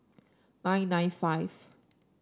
nine nine five